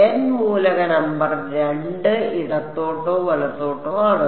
N മൂലക number 2 ഇടത്തോട്ടോ വലത്തോട്ടോ ആണ്